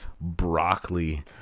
broccoli